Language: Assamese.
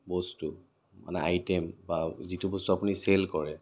বস্তু মানে আইটেম বা যিটো বস্তু আপুনি চেল কৰে